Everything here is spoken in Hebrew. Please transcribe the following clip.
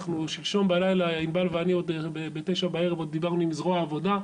אנחנו שלשום בלילה ענבל ואני עוד בתשע בערב עוד דיברנו עם זרוע העבודה,